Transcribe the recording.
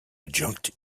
adjunct